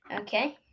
Okay